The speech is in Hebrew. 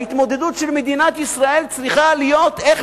ההתמודדות של מדינת ישראל צריכה להיות איך